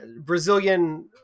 Brazilian